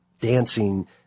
dancing